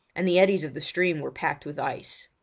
and the eddies of the stream were packed with ice.